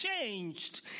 changed